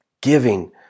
giving